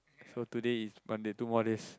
so today is Monday two more days